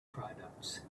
products